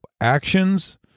actions